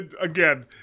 again